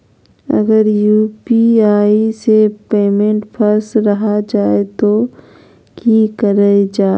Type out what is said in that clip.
अगर यू.पी.आई से पेमेंट फस रखा जाए तो की करल जाए?